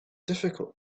difficult